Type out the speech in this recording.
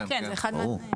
ברור.